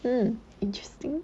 mm interesting